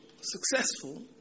successful